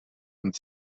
und